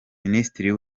minisitiri